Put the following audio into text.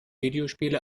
videospiele